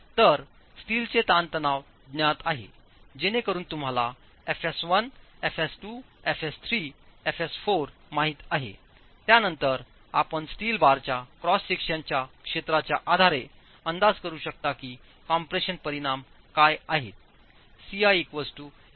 तर स्टीलचे ताणतणाव ज्ञात आहे जेणेकरुन तुम्हाला एफएस 1 एफएस 2 एफएस 3 एफएस 4 माहित आहे त्यानंतर आपण स्टील बारच्या क्रॉस सेक्शनच्या क्षेत्राच्या आधारे अंदाज करू शकता की कॉम्प्रेशन परिणाम काय आहेत Ci Asi fsi